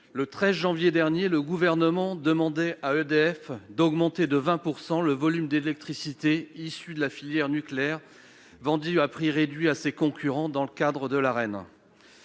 le 13 janvier dernier, le Gouvernement demandait à EDF d'augmenter de 20 % le volume de l'électricité issue de la filière nucléaire vendue à prix réduit à ses concurrents dans le cadre de l'accès